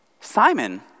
Simon